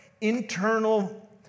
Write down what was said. internal